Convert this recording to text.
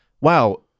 wow